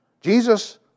Jesus